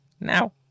now